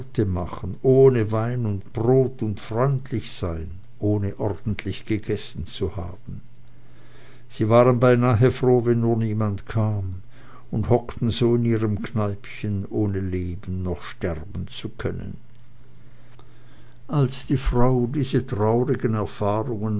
machen ohne wein und brot und freundlich sein ohne ordentlich gegessen zu haben sie waren beinahe froh wenn nur niemand kam und hockten so in ihrem kneipchen ohne leben noch sterben zu können als die frau diese traurigen erfahrungen